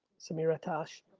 semera tosh,